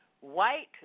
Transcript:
white